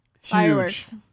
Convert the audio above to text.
Fireworks